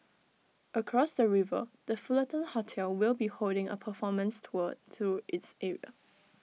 across the river the Fullerton hotel will be holding A performance tour through its area